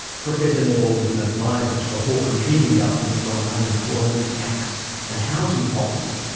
professor nevile was an adviser to the hawke and keating governments on unemployment, tax and housing policy.